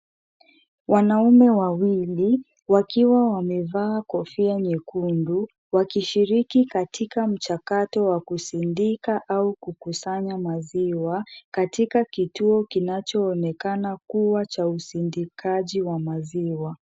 Wanaume wawili wakiwa wamevaa kofia nyekundu, wakishiriki katika mchakato wa kusindika au kukusanya maziwa, katika kituo kinachoonekana kuwa cha usindikaji wa maziwa.